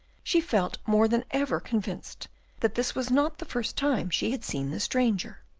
she felt more than ever convinced that this was not the first time she had seen the stranger.